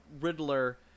Riddler